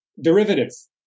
derivatives